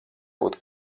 būt